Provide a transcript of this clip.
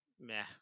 meh